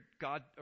God